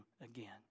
again